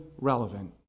relevant